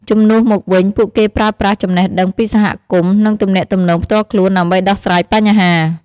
ជំនួសមកវិញ ពួកគេប្រើប្រាស់ ចំណេះដឹងពីសហគមន៍ និងទំនាក់ទំនងផ្ទាល់ខ្លួន ដើម្បីដោះស្រាយបញ្ហា។